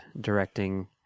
directing